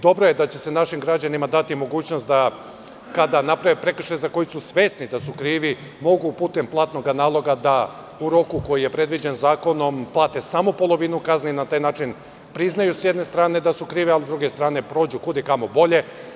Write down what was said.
Dobro je da će se našim građanima dati mogućnost da kada naprave prekršaj, za koji su svesni da su krivi, mogu putem platnog naloga da u roku koji je predviđen zakonom plate samo polovinu kazne i na taj način priznaju s jedne strane da su krivi, a s druge strane, da prođu kud i kamo bolje.